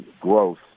growth